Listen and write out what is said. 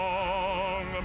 Long